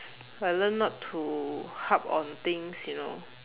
I learnt not to harp on things you know